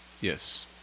Yes